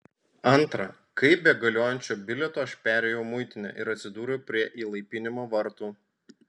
antra kaip be galiojančio bilieto aš perėjau muitinę ir atsidūriau prie įlaipinimo vartų